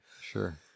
Sure